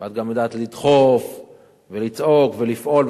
ואת גם יודעת לדחוף ולצעוק ולפעול,